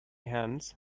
hands